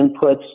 inputs